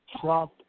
Trump